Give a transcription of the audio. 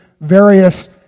various